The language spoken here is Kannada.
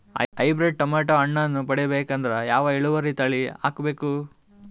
ಹೈಬ್ರಿಡ್ ಟೊಮೇಟೊ ಹಣ್ಣನ್ನ ಪಡಿಬೇಕಂದರ ಯಾವ ಇಳುವರಿ ತಳಿ ಹಾಕಬೇಕು?